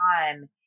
time